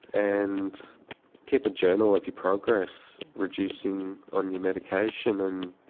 and keep a journal of your progress, reducing on your medication, and